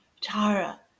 Tara